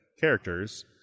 characters